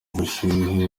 bushyuhe